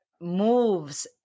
moves